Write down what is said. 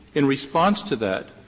in response to that,